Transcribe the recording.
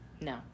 no